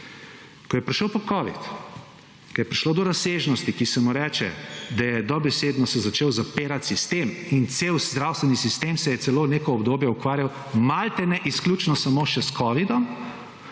Ko je prišel pa Covid, ko je prišlo do razsežnosti, ki se mu reče, da je dobesedno se začel zapirati sistem in cel zdravstveni sistem se je celo neko obdobje ukvarjal malodane izključno samo še s Covidom,